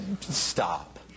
Stop